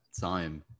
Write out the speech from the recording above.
time